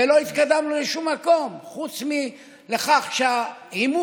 ולא התקדמנו לשום מקום חוץ מזה שהעימות